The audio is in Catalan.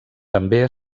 també